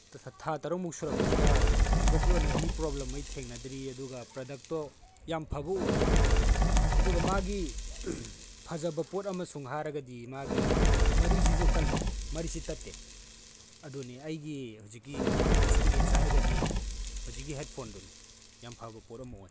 ꯊꯥ ꯇꯔꯨꯛꯃꯨꯛ ꯁꯨꯔꯛꯄꯁꯤꯗ ꯍꯧꯖꯤꯛꯐꯧꯒꯤ ꯑꯣꯏꯅ ꯑꯦꯅꯤ ꯄ꯭ꯔꯣꯕ꯭ꯂꯦꯝ ꯑꯩ ꯊꯦꯡꯅꯗ꯭ꯔꯤ ꯑꯗꯨꯒ ꯄ꯭ꯔꯗꯛꯇꯣ ꯌꯥꯝ ꯐꯕ ꯑꯣꯏ ꯑꯗꯨꯒ ꯃꯥꯒꯤ ꯐꯖꯕ ꯄꯣꯠ ꯑꯃꯁꯨ ꯍꯥꯏꯔꯒꯗꯤ ꯃꯥꯒꯤ ꯃꯔꯤꯁꯤꯁꯨ ꯀꯜꯂꯦ ꯃꯔꯤꯁꯤ ꯇꯠꯇꯦ ꯑꯗꯨꯅꯤ ꯑꯩꯒꯤ ꯍꯧꯖꯤꯛꯀꯤ ꯑꯦꯛꯁꯄꯤꯔꯤꯌꯦꯟꯁ ꯍꯥꯏꯔꯒꯗꯤ ꯍꯧꯖꯤꯛꯀꯤ ꯍꯦꯟꯐꯣꯟꯗꯨꯅꯦ ꯌꯥꯝ ꯐꯕ ꯄꯣꯠꯑꯃ ꯑꯣꯏ